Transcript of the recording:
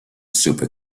super